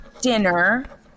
dinner